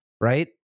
right